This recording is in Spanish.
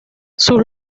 sus